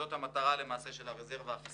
זאת המטרה, למעשה, של הרזרבה הפיסקלית.